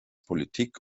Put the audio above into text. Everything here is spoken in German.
politik